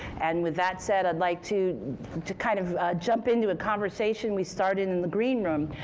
and with that said, i'd like to to kind of jump into a conversation we started in the green room,